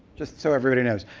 just so everybody knows.